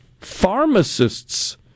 pharmacists